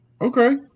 Okay